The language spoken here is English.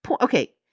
Okay